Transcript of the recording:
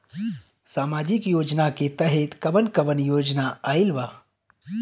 सामाजिक योजना के तहत कवन कवन योजना आइल बा?